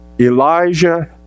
Elijah